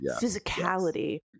Physicality